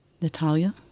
Natalia